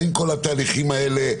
האם כל התהליכים האלה,